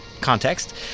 context